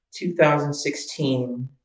2016